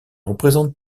représente